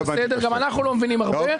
זה בסדר, וגם אנחנו לא מבינים הרבה.